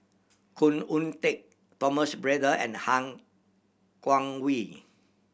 Khoo Oon Teik Thomas Braddell and Han Guangwei